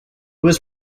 was